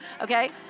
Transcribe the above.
okay